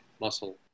muscle